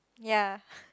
ya